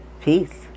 Peace